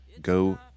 go